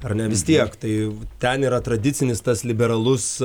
ar ne vis tiek tai ten yra tradicinis tas liberalus